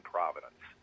Providence